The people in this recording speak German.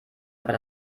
aber